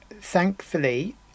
Thankfully